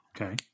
Okay